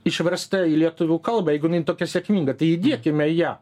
išversta į lietuvių kalbą jeigu jinai tokia sėkminga tai įdiekime į ją